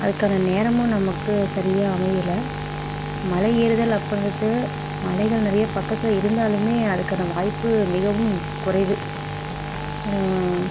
அதுக்கான நேரமும் நமக்கு சரியாக அமையலை மலை ஏறுதல் அப்புடின்றது மலைகள் நிறைய பக்கத்தில் இருந்தாலுமே அதுக்கான வாய்ப்பு மிகவும் குறைவு